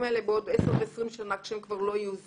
האלה בעוד עשר ו-20 שנה כשהם כבר לא יהיו.